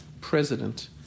president